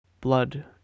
Blood